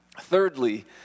Thirdly